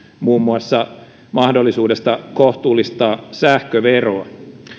muun muassa mahdollisuudesta kohtuullistaa sähköveroa